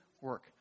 work